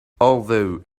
although